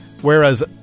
Whereas